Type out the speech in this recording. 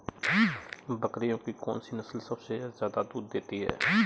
बकरियों की कौन सी नस्ल सबसे ज्यादा दूध देती है?